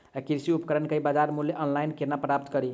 कृषि उपकरण केँ बजार मूल्य ऑनलाइन केना प्राप्त कड़ी?